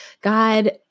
God